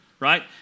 Right